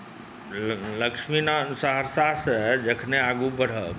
लक्ष्मीनाथ सहरसासँ जखने आगू बढ़ब